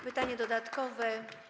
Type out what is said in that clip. Pytanie dodatkowe.